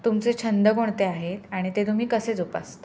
तुमचे छंद कोणते आहेत आणि ते तुम्ही कसे जोपासता